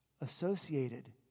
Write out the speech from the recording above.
associated